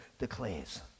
Declares